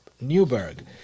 Newberg